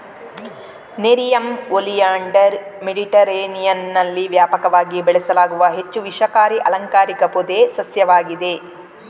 nerium oleander ಮೆಡಿಟರೇನಿಯನ್ನಲ್ಲಿ ವ್ಯಾಪಕವಾಗಿ ಬೆಳೆಸಲಾಗುವ ಹೆಚ್ಚು ವಿಷಕಾರಿ ಅಲಂಕಾರಿಕ ಪೊದೆ ಸಸ್ಯವಾಗಿದೆ